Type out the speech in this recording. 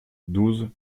douze